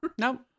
Nope